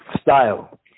style